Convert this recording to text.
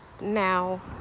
Now